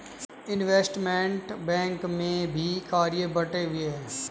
investment bank में भी कार्य बंटे हुए हैं